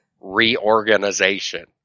reorganization